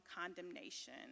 condemnation